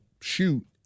shoot